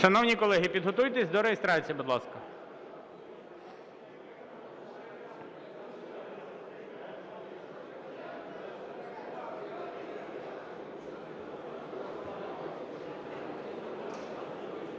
Шановні колеги, підготуйтесь до реєстрації, будь ласка.